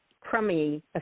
crummy